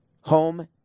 home